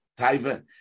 Taiva